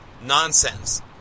nonsense